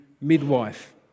midwife